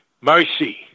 mercy